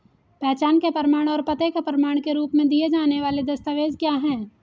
पहचान के प्रमाण और पते के प्रमाण के रूप में दिए जाने वाले दस्तावेज क्या हैं?